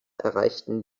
erreichten